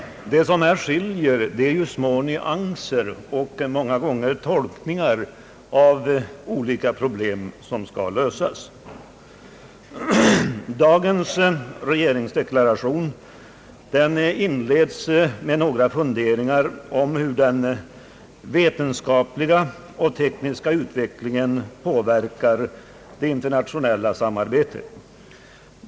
Skillnaderna består i små nyanser och många gånger olika tolkningar av problem som skall lösas. Dagens regeringsdeklaration inleds med några funderingar om hur den vetenskapliga och tekniska utvecklingen påverkar det internationella samarbetet.